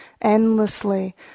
endlessly